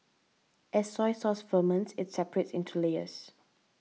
as soy sauce ferments it separates into layers